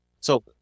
So-